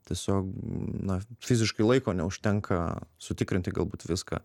tiesiog na fiziškai laiko neužtenka sutikrinti galbūt viską